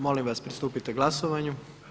Molim vas pristupite glasovanju.